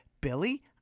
billy